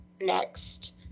next